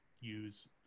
use